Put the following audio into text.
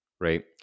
right